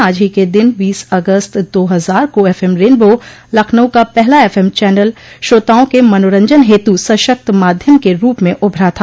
आज ही के दिन बीस अगस्त दो हजार को एफएम रेनबो लखनऊ का पहला एफएम चैनल श्रोताओं के मनोरंजन हेतु सशक्त माध्यम के रूप में उभरा था